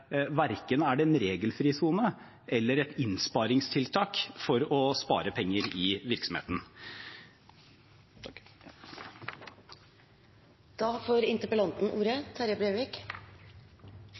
verken kan bruke hjemmekontor som en regelfri sone eller som et innsparingstiltak for å spare penger i virksomheten. Takk